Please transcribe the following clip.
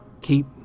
keep